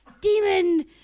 demon